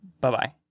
bye-bye